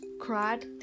cried